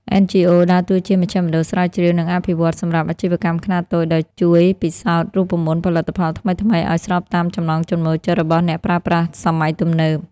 NGOs ដើរតួជាមជ្ឈមណ្ឌលស្រាវជ្រាវ និងអភិវឌ្ឍន៍ សម្រាប់អាជីវកម្មខ្នាតតូច ដោយជួយពិសោធន៍រូបមន្តផលិតផលថ្មីៗឱ្យស្របតាមចំណង់ចំណូលចិត្តរបស់អ្នកប្រើប្រាស់សម័យទំនើប។